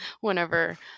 whenever